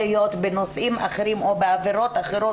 להיות בנושאים אחרים או בעבירות אחרות,